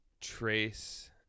Trace